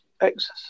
exercise